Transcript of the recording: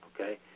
Okay